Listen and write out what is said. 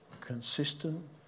consistent